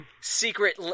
secret